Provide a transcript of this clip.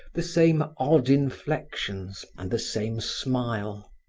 the same odd inflections and the same smile.